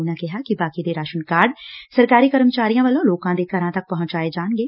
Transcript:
ਉਨਾਂ ਕਿਹਾ ਕਿ ਬਾਕੀ ਦੇ ਰਾਸ਼ਨ ਕਾਰਡ ਸਰਕਾਰੀ ਕਰਮਚਾਰੀਆਂ ਵੱਲੋਂ ਲੋਕਾਂ ਦੇ ਘਰਾਂ ਤੱਕ ਪਹੰਚਾਏ ਜਾਣਗੇ